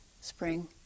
spring